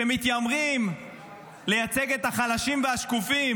שמתיימרים לייצג את החלשים והשקופים,